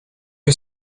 que